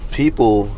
people